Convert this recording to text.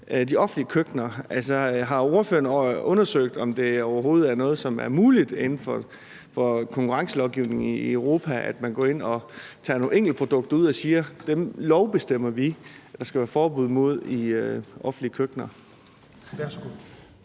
de offentlige køkkener? Altså, har ordføreren undersøgt, om det overhovedet er noget, som er muligt inden for konkurrencelovgivningen i Europa, at man går ind og tager nogle enkelte produkter ud og siger, at dem lovbestemmer vi der skal være forbud mod i offentlige køkkener?